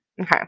okay